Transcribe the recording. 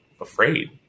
afraid